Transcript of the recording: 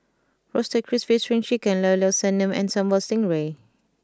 Roasted Crispy Spring Chicken Llao Llao Sanum and Sambal Stingray